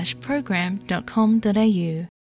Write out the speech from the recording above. program.com.au